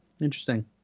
Interesting